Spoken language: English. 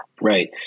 right